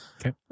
okay